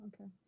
Okay